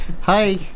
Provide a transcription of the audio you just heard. hi